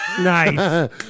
Nice